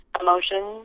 emotions